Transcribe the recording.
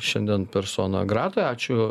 šiandien persono gratoje ačiū